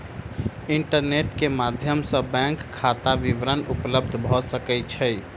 internet के माध्यम सॅ बैंक खाता विवरण उपलब्ध भ सकै छै